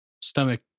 stomach